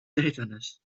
tetanus